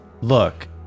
Look